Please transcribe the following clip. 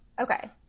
okay